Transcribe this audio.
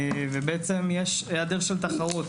ויש היעדר תחרות,